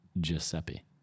Giuseppe